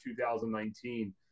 2019